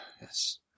Yes